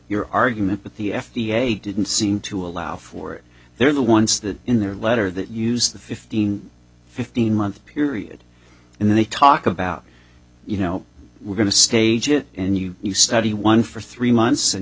your argument but the f d a didn't seem to allow for it they're the ones that in their letter that use the fifteen fifteen month period and they talk about you know we're going to stage it in you you study one for three months and